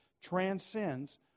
transcends